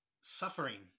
suffering